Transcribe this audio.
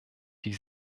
die